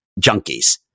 junkies